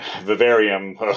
Vivarium